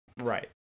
Right